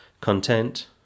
content